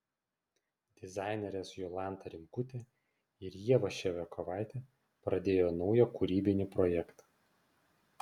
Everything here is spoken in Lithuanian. dizainerės jolanta rimkutė ir ieva ševiakovaitė pradėjo naują kūrybinį projektą